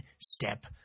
step